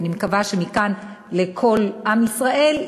ואני מקווה שמכאן לכל עם ישראל,